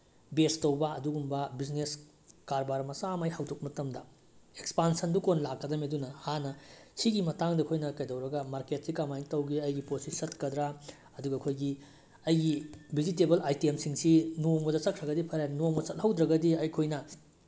ꯕꯦꯁ ꯇꯧꯕ ꯑꯗꯨꯒꯨꯝꯕ ꯕꯤꯖꯤꯅꯦꯁ ꯀꯔꯕꯥꯔ ꯃꯆꯥ ꯑꯃ ꯑꯩ ꯍꯧꯗꯣꯛꯄ ꯃꯇꯝꯗ ꯑꯦꯛꯁꯄꯥꯟꯁꯟꯗꯣ ꯀꯣꯟꯅ ꯂꯥꯛꯀꯗꯝꯅꯤ ꯑꯗꯨꯅ ꯍꯥꯟꯅ ꯁꯤꯒꯤ ꯃꯇꯥꯡꯗ ꯑꯩꯈꯣꯏꯅ ꯀꯩꯗꯧꯔꯒ ꯃꯥꯔꯀꯦꯠꯁꯤ ꯀꯃꯥꯏꯅ ꯇꯧꯒꯦ ꯑꯩꯒꯤ ꯄꯣꯠꯁꯤ ꯆꯠꯀꯗ꯭ꯔꯥ ꯑꯗꯨꯒ ꯑꯩꯈꯣꯏꯒꯤ ꯑꯩꯒꯤ ꯚꯤꯖꯤꯇꯦꯕꯜ ꯑꯥꯏꯇꯦꯝꯁꯤꯡꯁꯤ ꯅꯣꯡꯃꯗ ꯆꯠꯈ꯭ꯔꯒꯗꯤ ꯐꯔꯦ ꯅꯣꯡꯃ ꯆꯠꯍꯧꯗ꯭ꯔꯒꯗꯤ ꯑꯩꯈꯣꯏꯅ